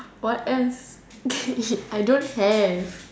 what else I don't have